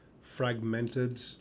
fragmented